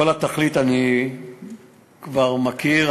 את כל התכלית אתם כבר מכירים,